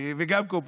וגם כאופוזיציה.